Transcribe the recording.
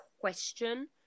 question